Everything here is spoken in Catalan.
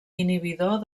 inhibidor